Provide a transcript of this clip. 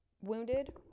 wounded